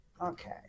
Okay